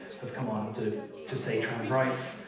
have come on to to say trans rights